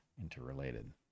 interrelated